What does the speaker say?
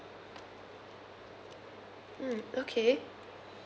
mm okay